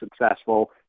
successful